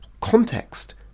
context